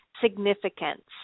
significance